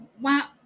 Wow